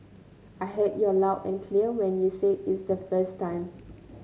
I heard you loud and clear when you said it the first time